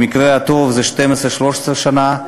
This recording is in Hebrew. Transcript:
במקרה הטוב זה 13-12 שנה,